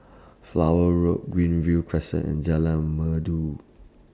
Flower Road Greenview Crescent and Jalan Merdu